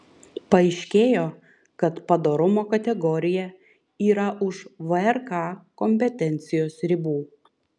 paaiškėjo kad padorumo kategorija yra už vrk kompetencijos ribų